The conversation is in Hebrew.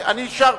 אני אישרתי,